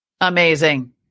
Amazing